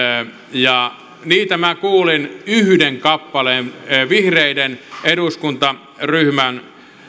ja niitä minä kuulin yhden kappaleen vihreiden eduskuntaryhmän